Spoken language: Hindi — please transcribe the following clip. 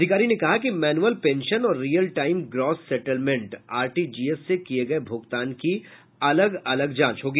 अधिकारी ने कहा कि मैनुअल पेंशन और real time gross settlement RTGS से किये गये भुगतान की अलग अलग जांच होगी